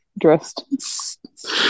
Dressed